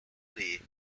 play